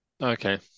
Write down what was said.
Okay